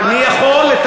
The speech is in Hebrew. אז מה?